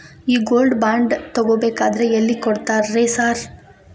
ಈ gold bond ತಗಾಬೇಕಂದ್ರ ಎಲ್ಲಿ ಕೊಡ್ತಾರ ರೇ ಸಾರ್?